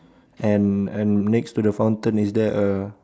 and and next to the fountain is there a